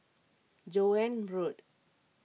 Joan Road